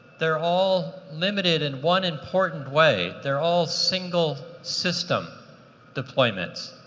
they're all limited in one important way. they're all single system deployments.